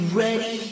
ready